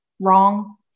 wrong